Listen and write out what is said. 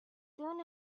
soon